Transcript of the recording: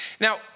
Now